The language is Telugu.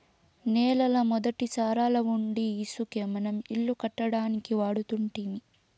నేలల మొదటి సారాలవుండీ ఇసకే మనం ఇల్లు కట్టడానికి వాడుతుంటిమి